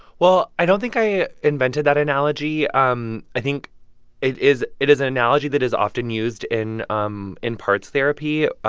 well, i don't think i invented that analogy. um i think it is it is an analogy that is often used in um in parts therapy,